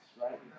right